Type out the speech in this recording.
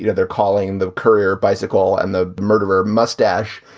you know they're calling the career bicycle and the murderer mustache.